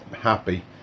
happy